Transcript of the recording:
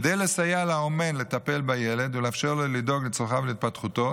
כדי לסייע לאומן לטפל בילד ולאפשר לו לדאוג לצרכיו ולהתפתחותו,